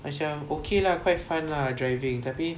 macam okay lah quite fun lah driving tapi